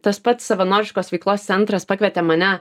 tas pats savanoriškos veiklos centras pakvietė mane